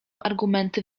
argumenty